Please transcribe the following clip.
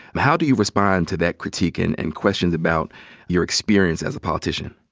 how do you respond to that critique and and questions about your experience as a politician?